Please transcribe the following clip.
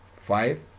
five